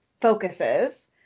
focuses